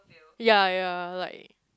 ya ya like